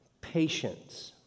patience